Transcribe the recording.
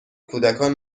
کودکان